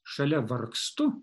šalia vargstu